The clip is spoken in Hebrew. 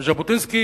וז'בוטינסקי,